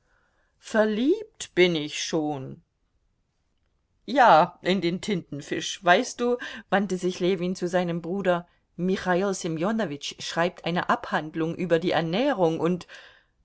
verliebt bin ich schon ja in den tintenfisch weißt du wandte sich ljewin zu seinem bruder michail semjonowitsch schreibt eine abhandlung über die ernährung und